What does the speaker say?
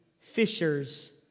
fishers